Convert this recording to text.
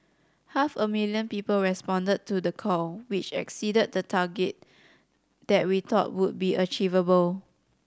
half a million people responded to the call which exceeded the target that we thought would be achievable